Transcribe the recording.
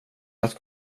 att